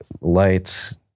lights